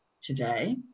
today